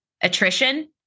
attrition